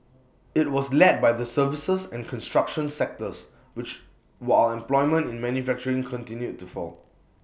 IT was led by the services and construction sectors while employment in manufacturing continued to fall